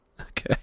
Okay